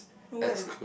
for what